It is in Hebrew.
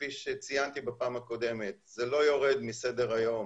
כפי שציינתי בפעם הקודמת, זה לא יורד מסדר היום